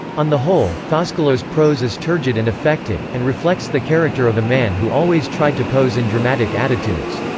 on the whole, foscolo's prose is turgid and affected, and reflects the character of a man who always tried to pose in dramatic attitudes.